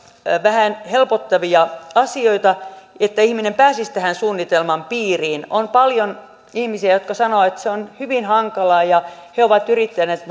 vähän helpottavia asioita että ihminen pääsisi tähän suunnitelman piiriin on paljon ihmisiä jotka sanovat että se on hyvin hankalaa ja he ovat yrittäneet